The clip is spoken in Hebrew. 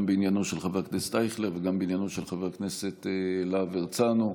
גם בעניינו של חבר הכנסת אייכלר וגם בעניינו של חבר הכנסת להב הרצנו,